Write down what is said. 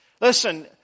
Listen